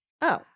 Oh